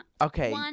Okay